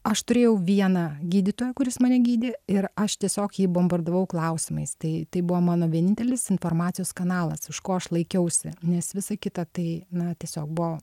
aš turėjau vieną gydytoją kuris mane gydė ir aš tiesiog jį bombardavau klausimais tai tai buvo mano vienintelis informacijos kanalas už ko aš laikiausi nes visa kita tai na tiesiog buvo